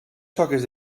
soques